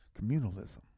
communalism